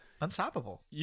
Unstoppable